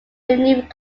renewed